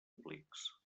aplics